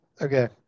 Okay